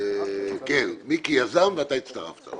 מיקי יזם ואתה הצטרפת.